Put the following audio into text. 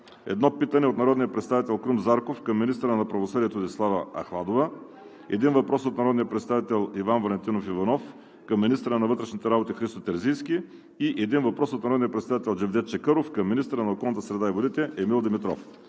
едно питане от народния представител Крум Зарков към министъра на правосъдието Десислава Ахладова; - един въпрос от народния представител Иван Валентинов Иванов към министъра на вътрешните работи Христо Терзийски; - един въпрос от народния представител Джевдет Чакъров към министъра на околната среда и водите Емил Димитров.